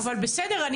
אבל בסדר,